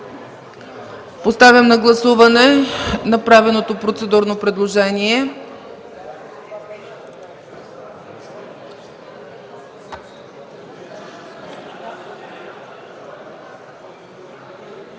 Подлагам на гласуване направеното процедурно предложение.